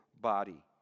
body